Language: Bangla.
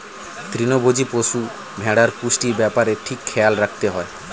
তৃণভোজী পশু, ভেড়ার পুষ্টির ব্যাপারে ঠিক খেয়াল রাখতে হয়